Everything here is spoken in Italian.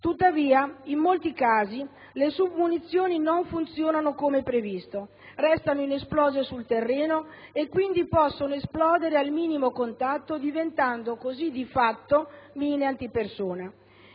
Tuttavia, in molti casi le submunizioni non funzionano come previsto, restano inesplose sul terreno e quindi possono esplodere al minimo contatto diventando così di fatto mine antipersona.